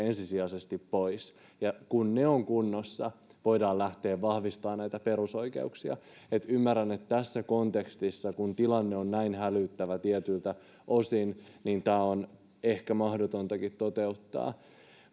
ensisijaisesti kitkeä pois ja kun ne ovat kunnossa voidaan lähteä vahvistamaan näitä perusoikeuksia ymmärrän että tässä kontekstissa kun tilanne on näin hälyttävä tietyiltä osin tämä on ehkä mahdotontakin toteuttaa